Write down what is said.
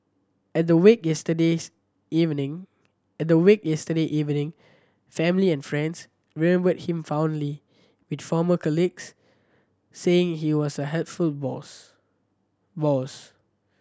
at the wake yesterdays evening at the wake yesterday evening family and friends remembered him fondly with former colleagues saying he was a helpful boss